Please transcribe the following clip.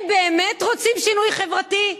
הם באמת רוצים שינוי חברתי?